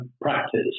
practice